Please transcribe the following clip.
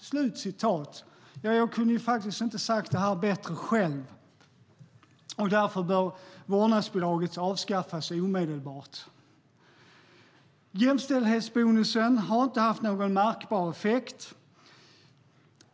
"Jämställdhetsbonusen har inte haft någon märkbar effekt.